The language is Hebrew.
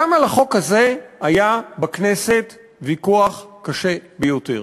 גם על החוק הזה היה בכנסת ויכוח קשה ביותר,